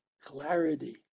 clarity